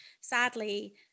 sadly